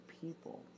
people